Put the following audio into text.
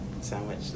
sandwich